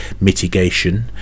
mitigation